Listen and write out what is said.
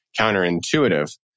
counterintuitive